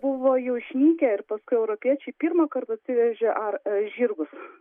buvo jau išnykę ir paskui europiečiai pirmąkart atsivežė ar žirgus